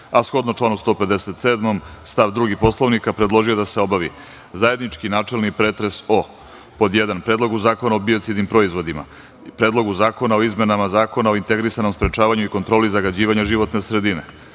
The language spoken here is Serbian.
a shodno članu 157. stav 2. Poslovnika, predložio je da se obavi, pod jedan, zajednički načelni pretres o: Predlogu zakona o biocidnim proizvodima, Predlogu zakona o izmenama Zakona o integrisanom sprečavanju i kontroli zagađivanja životne sredine;